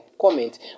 comment